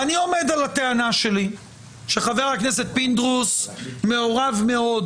אני עומד על הטענה שלי שחבר הכנסת פינדרוס מעורב מאוד